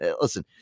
Listen